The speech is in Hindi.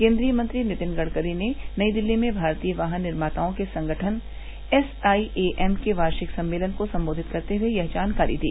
केन्द्रीय मंत्री नितिन गडकरी ने नई दिल्ली में भारतीय वाहन निर्माताओं के संगठन एसआईएएम के वार्षिक सम्मेलन को संबोधित करते हुए यह जानकारी दी